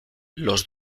los